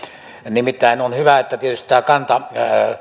nimittäin on tietysti hyvä että tämä kanta